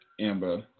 Amber